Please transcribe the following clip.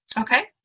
Okay